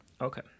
okay